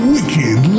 Wicked